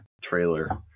trailer